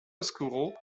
oscuro